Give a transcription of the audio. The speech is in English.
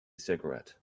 cigarette